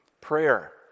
Prayer